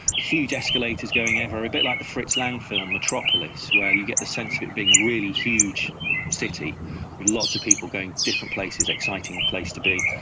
huge escalators going everywhere, a bit like the fritz lang film metropolis where you get the sense of it being a really huge city with lots of people going different places, an exciting place to be.